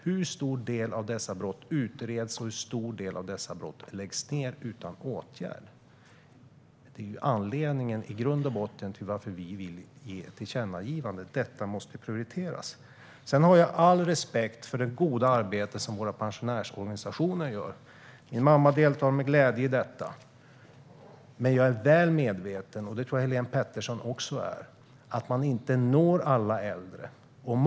Hur stor del av dessa brott utreds, och hur stor del läggs ned utan åtgärd? Detta måste prioriteras, och det är i grund och botten anledningen till vårt tillkännagivande. Jag har all respekt för det goda arbete som våra pensionärsorganisationer gör. Min mamma deltar med glädje i detta. Men jag är också väl medveten om att man inte når alla äldre, och det tror jag att Helene Petersson också är.